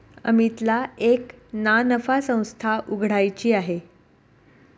अमितला एक ना नफा संस्था उघड्याची आहे